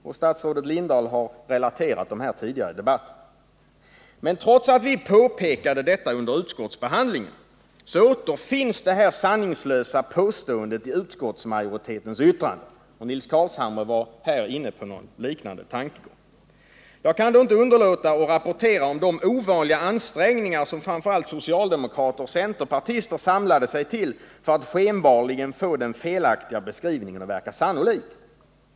Och statsrådet Lindahl har tidigare i debatten relaterat dem. Men trots att vi påpekade detta under utskottsbehandlingen återfinns det sanningslösa påståendet i utskottsmajoritetens yttrande. Nils Carlshamre var här inne på en liknande tanke. Jag kan inte underlåta att rapportera om de ovanliga ansträngningar som framför allt socialdemokrater och centerpartister samlade sig till för att skenbarligen få den felaktiga beskrivningen att verka sannolik.